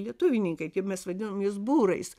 lietuvininkai mes vadinom juos būrais